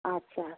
আচ্ছা